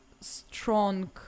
strong